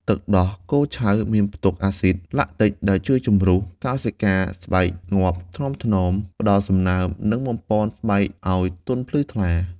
ទឹកដោះគោឆៅមានផ្ទុកអាស៊ីដ ឡាក់ទិក (lactic) ដែលជួយជម្រុះកោសិកាស្បែកងាប់ថ្នមៗ ផ្តល់សំណើម និងបំប៉នស្បែកឲ្យទន់ភ្លឺថ្លា។